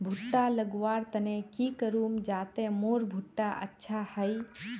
भुट्टा लगवार तने की करूम जाते मोर भुट्टा अच्छा हाई?